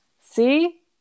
see